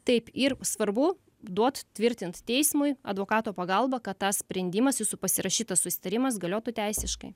taip ir svarbu duot tvirtint teismui advokato pagalba kad tas sprendimas jūsų pasirašytas susitarimas galiotų teisiškai